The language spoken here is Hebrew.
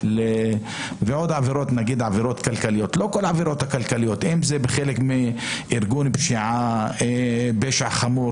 ועוד עבירות כלכליות אם זה חלק מארגון פשע חמור,